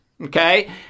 okay